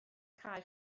cae